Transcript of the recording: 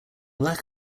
lack